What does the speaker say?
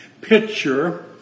picture